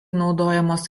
naudojamos